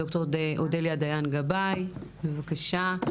ד"ר אודליה דיין-גבאי, בבקשה.